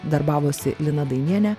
darbavosi lina dainienė